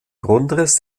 grundriss